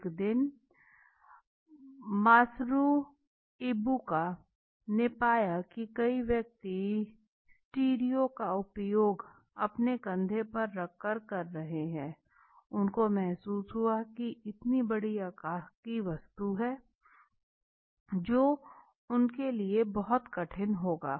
एक दिन Masaru Ibuka ने पाया कि कोई व्यक्ति स्टीरियो का उपयोग अपने कंधे पर रख कर कर रहा है उसने महसूस किया कि यह इतनी बड़ी आकार की वस्तु है जो उसके लिए बहुत कठिन होगा